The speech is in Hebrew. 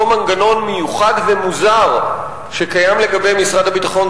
מנגנון מיוחד ומוזר שקיים לגבי משרד הביטחון,